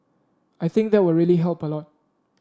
I think that will really help a lot